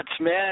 man